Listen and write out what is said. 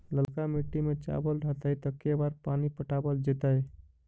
ललका मिट्टी में चावल रहतै त के बार पानी पटावल जेतै?